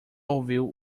ouviu